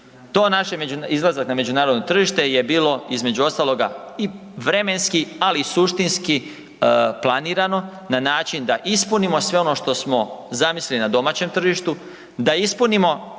To naše, izlazak na međunarodno tržište je bilo između ostaloga i vremenski, ali i suštinski planirano na način da ispunimo sve ono što smo zamislili na domaćem tržištu, da ispunimo